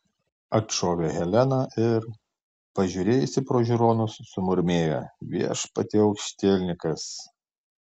atšovė helena ir pažiūrėjusi pro žiūronus sumurmėjo viešpatie aukštielninkas